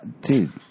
dude